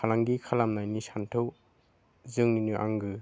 फालांगि खालामनायनि सानथौ जोंनिनो आंगो